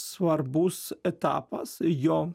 svarbus etapas jo